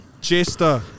Jester